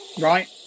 Right